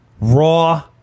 raw